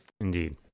indeed